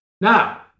Now